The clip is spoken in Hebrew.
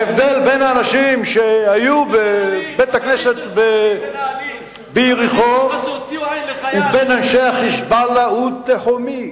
ההבדל בין האנשים בבית-הכנסת ביריחו ובין אנשי ה"חיזבאללה" הוא תהומי.